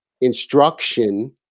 instruction